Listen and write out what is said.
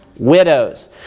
Widows